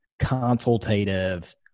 consultative